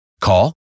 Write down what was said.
Call